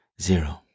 zero